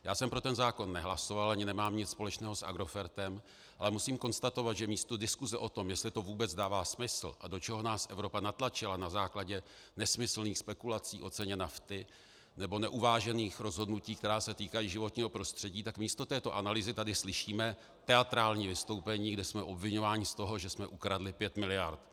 Já jsem pro ten zákon nehlasoval ani nemám nic společného s Agrofertem, ale musím konstatovat, že místo diskuse o tom, jestli to vůbec dává smysl a do čeho nás Evropa natlačila na základě nesmyslných spekulací o ceně nafty nebo neuvážených rozhodnutí, která se týkají životního prostředí, tak místo této analýzy tady slyšíme teatrální vystoupení, kde jsme obviňováni z toho, že jsme ukradli pět miliard.